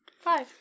Five